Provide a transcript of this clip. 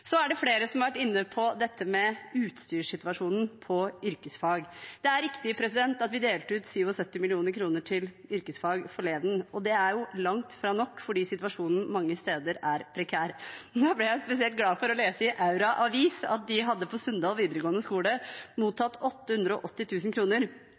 Så er det flere som har vært inne på dette med utstyrssituasjonen på yrkesfag. Det er riktig at vi delte ut 77 mill. kr til yrkesfag forleden, og det er jo langt fra nok, fordi situasjonen mange steder er prekær. Men da ble jeg spesielt glad for å lese i Aura Avis at de på Sunndal videregående skole